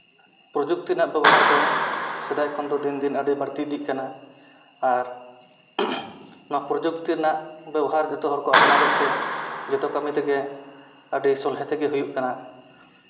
ᱯᱨᱚᱡᱩᱠᱛᱤ ᱨᱮᱱᱟᱜ ᱵᱮᱵᱚᱦᱟᱨᱫᱚ ᱥᱮᱫᱟᱭ ᱠᱷᱚᱱ ᱫᱚ ᱫᱤᱱ ᱫᱤᱱ ᱟᱹᱰᱤ ᱵᱟᱹᱲᱛᱤ ᱤᱫᱤᱜ ᱠᱟᱱᱟ ᱟᱨ ᱱᱚᱣᱟ ᱯᱨᱚᱡᱩᱠᱛᱤ ᱨᱮᱱᱟᱜ ᱵᱮᱵᱚᱦᱟᱨ ᱡᱚᱛᱚ ᱦᱚᱲᱠᱚ ᱟᱯᱱᱟᱨᱮᱜ ᱛᱮ ᱡᱚᱛᱚ ᱠᱟᱹᱢᱤ ᱛᱮᱜᱮ ᱟᱹᱰᱤ ᱥᱚᱞᱜᱮ ᱛᱮᱜᱮ ᱦᱩᱭᱩᱜ ᱠᱟᱱᱟ